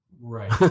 Right